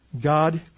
God